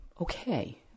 okay